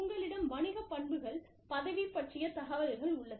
உங்களிடம் வணிக பண்புகள் பதவி பற்றிய தகவல்கள் உள்ளது